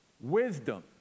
Wisdom